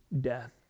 death